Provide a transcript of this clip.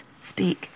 speak